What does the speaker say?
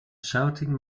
shouting